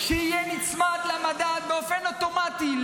שיהיה מוצמד למדד באופן אוטומטי,